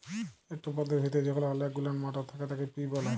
একট পদের ভিতরে যখল অলেক গুলান মটর থ্যাকে তাকে পি ব্যলে